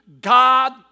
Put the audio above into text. God